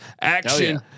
action